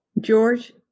George